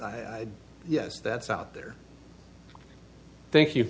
s yes that's out there thank you